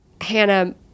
hannah